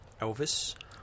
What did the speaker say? Elvis